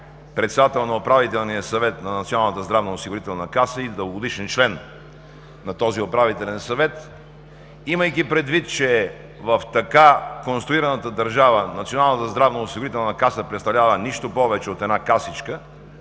председател на Управителния съвет на Националната здравноосигурителна каса и дългогодишен член на този Управителен съвет, имайки предвид, че в така конструираната държава Националната здравноосигурителна каса представлява нищо повече от една „касичка“,